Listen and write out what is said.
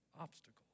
obstacles